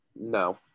No